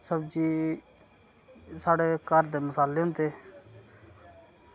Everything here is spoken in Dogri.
सब्ज़ी साढ़े घर दे मसाले होंदे